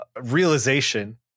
realization